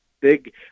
big –